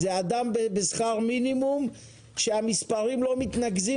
זה אדם שעובד בשכר מינימום כשהמספרים מתנקזים